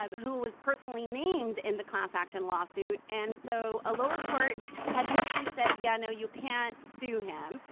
um who was personally named in the class-action lawsuit. and so a lower court had initially said, yeah, no, you can't sue him.